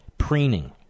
preening